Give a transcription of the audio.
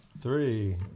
Three